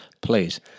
please